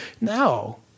no